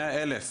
100 אלף